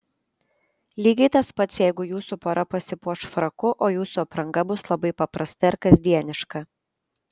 lygiai tas pats jeigu jūsų pora pasipuoš fraku o jūsų apranga bus labai paprasta ir kasdieniška